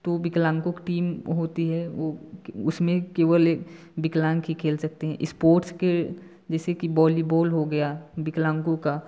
तो विकलांगों की टीम होती है उसमें केवल विकलांग ही खेल सकते हैं स्पोट्स के जैसे कि बॉलीबॉल हो गया विकलांगों का